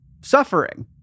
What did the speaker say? suffering